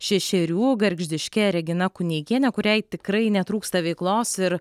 šešerių gargždiške regina kuneikiene kuriai tikrai netrūksta veiklos ir